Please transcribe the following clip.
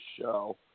show